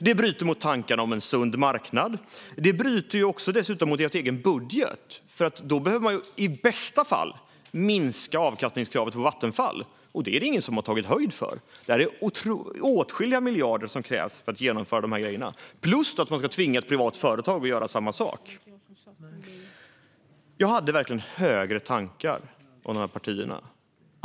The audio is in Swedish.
Det bryter mot tankarna om en sund marknad. Det bryter dessutom mot deras egen budget, för då behöver man i bästa fall minska avkastningskravet på Vattenfall. Men det är det ingen som har tagit höjd för. Det krävs åtskilliga miljarder för att genomföra de här grejerna - plus att man ska tvinga ett privat företag att göra samma sak. Jag hade verkligen högre tankar om dessa partier.